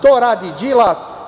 To radi Đilas.